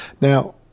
Now